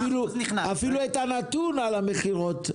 אפילו את הנתון על המכירות,